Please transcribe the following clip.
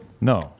No